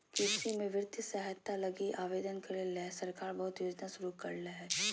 कृषि में वित्तीय सहायता लगी आवेदन करे ले सरकार बहुत योजना शुरू करले हइ